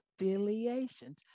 affiliations